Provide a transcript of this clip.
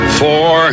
four